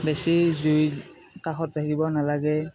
বেছি জুই কাষত ৰাখিব নালাগে